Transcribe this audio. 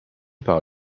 par